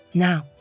Now